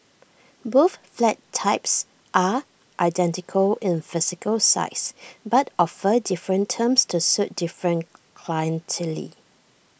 both flat types are identical in physical size but offer different terms to suit different clientele